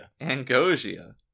Angosia